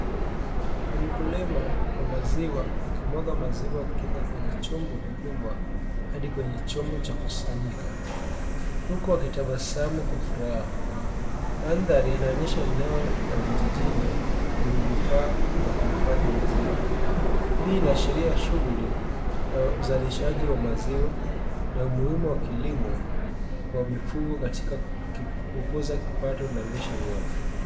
Ni mkulima wa maziwa, akimwaga maziwa kutoka kwenye chombo kikubwa hadi kwenye chombo cha kusanyika. Huku akitabasamu kwa furaha. Mandhari inaonyesha eneo la vijijini, lenye vifaa vya kuhifadhi maziwa. Hii inaashiria shughuli ya uzalishaji wa maziwa na umuhimu wa kilimo wa mifugo katika kukuza kipato, na lishe bora.